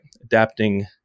Adapting